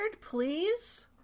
please